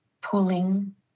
pulling